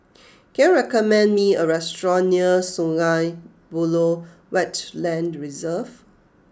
can you recommend me a restaurant near Sungei Buloh Wetland Reserve